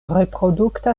reprodukta